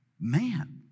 man